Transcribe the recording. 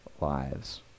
lives